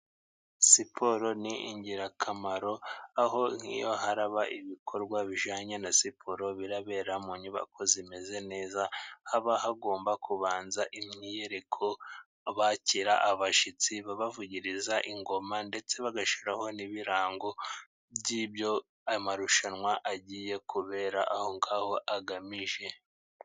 Siporo ni ingirakamaro aho nk'iyo haraba ibikorwa bijyanye na siporo, birabera mu nyubako zimeze neza, haba hagomba kubanza imyiyereko, bakira abashyitsi, bavugiriza ingoma ndetse bagashyiraho n'ibirango by'ibyo amarushanwa agiye kubera aho ngaho agamije.